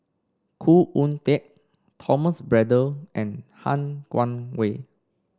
Khoo Oon Teik Thomas Braddell and Han Guangwei